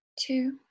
two